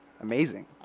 amazing